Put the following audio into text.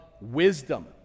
wisdom